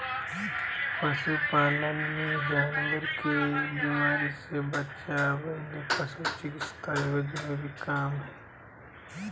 पशु पालन मे जानवर के बीमारी से बचावय ले पशु चिकित्सा एगो जरूरी काम हय